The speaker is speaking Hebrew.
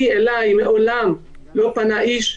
אלי מעולם לא פנה איש,